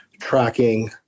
tracking